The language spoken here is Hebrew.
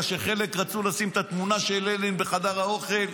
שחלק רצו לשים את התמונה של לנין בחדר האוכל,